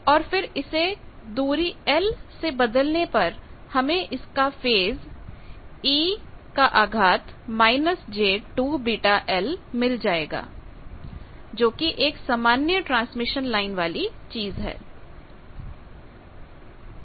और फिर इसे दूरी l से बदलने पर हमें इसका फेज e j2βl मिल जाएगा जो कि एक सामान्य ट्रांसमिशन लाइन वाली चीज है